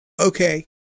Okay